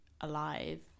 alive